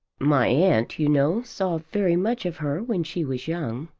my aunt, you know, saw very much of her when she was young.